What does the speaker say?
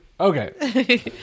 Okay